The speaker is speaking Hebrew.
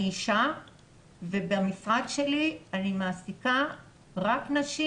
אני אישה ובמשרד שלי אני מעסיקה רק נשים.